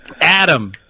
adam